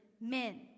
men